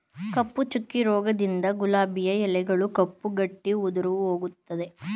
ಕಪ್ಪು ಚುಕ್ಕೆ ರೋಗದಿಂದ ಗುಲಾಬಿಯ ಎಲೆಗಳು ಕಪ್ಪು ಗಟ್ಟಿ ಉದುರಿಹೋಗುತ್ತದೆ